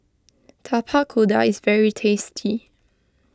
Tapak Kuda is very tasty